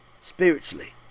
Spiritually